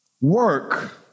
work